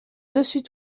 dessus